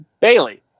Bailey